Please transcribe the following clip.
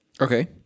Okay